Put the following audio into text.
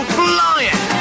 flying